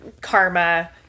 karma